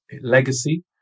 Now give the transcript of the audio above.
legacy